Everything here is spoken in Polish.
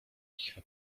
kicha